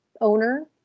owner